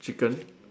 chicken